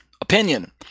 opinion